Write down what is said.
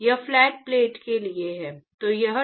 यह flat plate के लिए क्या है